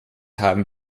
haben